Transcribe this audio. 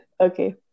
Okay